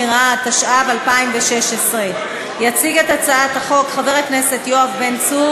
בעד הצעתו של חבר הכנסת דוד ביטן,